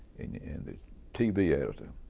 and the tv editor,